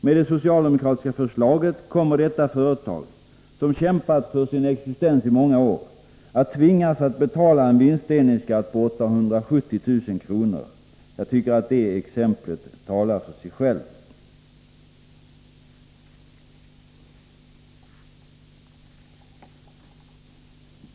Med det socialdemokratiska förslaget kommer detta företag, som kämpat för sin existens i många år, att tvingas betala en vinstdelningsskatt på 870 000 kr. Jag tycker att det exemplet talar för sig självt.